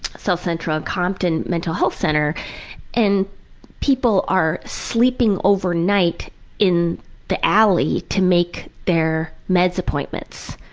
south central compton mental health center and people are sleeping overnight in the alley to make their meds appointments.